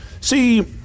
See